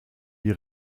die